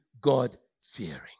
God-fearing